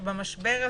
שבמשבר הזה